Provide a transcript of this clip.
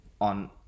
on